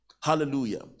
hallelujah